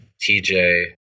TJ